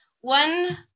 one